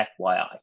fyi